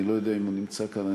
אני לא יודע אם הוא נמצא כאן.